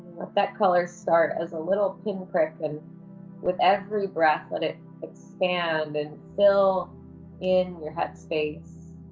let that color start as a little pinprick, and with every breath, let it expand and fill in your head space,